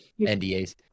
NDAs